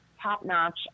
top-notch